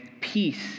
peace